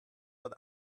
wird